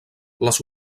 les